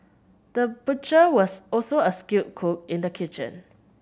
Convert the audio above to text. the butcher was also a skilled cook in the kitchen